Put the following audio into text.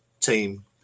team